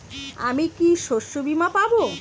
আমি কি শষ্যবীমা পাব?